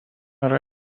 yra